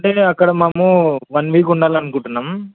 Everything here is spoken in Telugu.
అంటే అక్కడ మాము వన్ వీక్ ఉండాలి అనుకుంటున్నాం